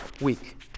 week